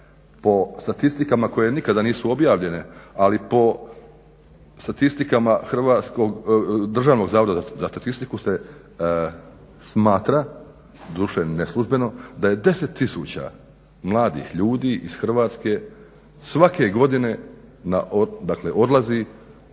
po statistikama koje nikada nisu objavljene ali po statistikama Državnog zavoda za statistiku se smatra doduše neslužbeno da je deset tisuća mladih ljudi iz Hrvatske svake godine odlazi